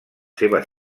seves